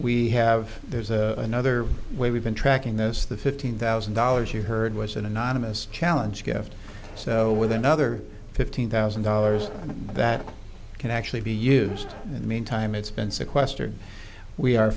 we have there's another way we've been tracking this the fifteen thousand dollars you heard was an anonymous challenge gift so with another fifteen thousand dollars that can actually be used in the meantime it's been sequestered